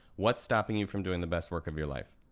what's stopping you from doing the best work of your life?